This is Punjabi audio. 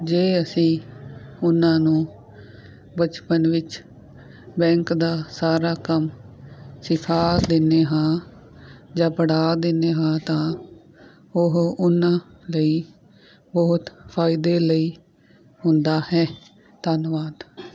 ਜੇ ਅਸੀਂ ਉਹਨਾਂ ਨੂੰ ਬਚਪਨ ਵਿੱਚ ਬੈਂਕ ਦਾ ਸਾਰਾ ਕੰਮ ਸਿਖਾ ਦਿੰਦੇ ਹਾਂ ਜਾਂ ਪੜ੍ਹਾ ਦਿੰਦੇ ਹਾਂ ਤਾਂ ਉਹ ਉਹਨਾਂ ਲਈ ਬਹੁਤ ਫਾਇਦੇ ਲਈ ਹੁੰਦਾ ਹੈ ਧੰਨਵਾਦ